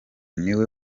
niwe